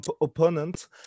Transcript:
opponent